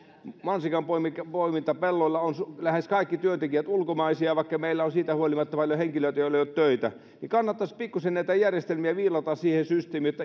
mansikanpoimintapelloilla ovat lähes kaikki työntekijät ulkomaisia vaikka meillä on siitä huolimatta henkilöitä joilla ei ole töitä kannattaisi pikkusen näitä järjestelmiä viilata siihen systeemiin jotta